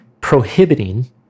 prohibiting